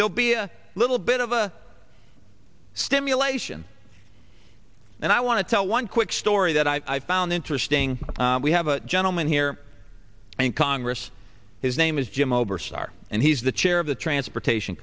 they'll be a little bit of a stimulation and i want to tell one quick story that i found interesting we have a gentleman here in congress his name is jim oberstar and he's the chair of the transportation